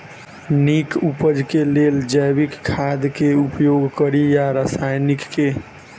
नीक उपज केँ लेल जैविक खाद केँ उपयोग कड़ी या रासायनिक केँ?